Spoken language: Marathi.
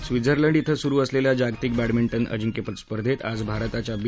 स्वित्झर्लंड ध्वे सुरू असलच्या जागतिक बॅडमिंटन अजिंक्यपद स्पर्धेत आज भारताच्या बी